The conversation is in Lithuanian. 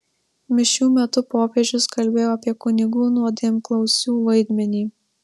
mišių metu popiežius kalbėjo apie kunigų nuodėmklausių vaidmenį